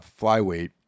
flyweight